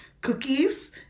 cookies